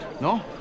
no